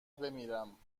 بمیرم